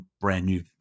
brand-new